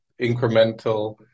incremental